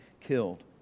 killed